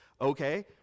Okay